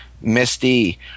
misty